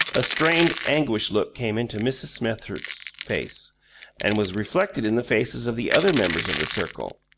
a strained, anguished look came into mrs. smethurst's face and was reflected in the faces of the other members of the circle.